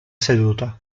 seduta